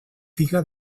figa